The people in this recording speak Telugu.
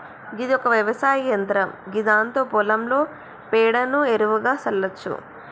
గిది ఒక వ్యవసాయ యంత్రం గిదాంతో పొలంలో పేడను ఎరువుగా సల్లచ్చు